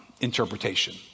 interpretation